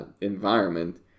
environment